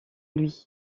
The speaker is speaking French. lui